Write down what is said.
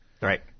Right